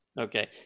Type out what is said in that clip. Okay